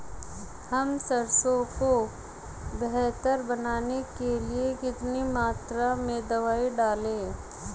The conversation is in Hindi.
हम सरसों को बेहतर बनाने के लिए कितनी मात्रा में दवाई डालें?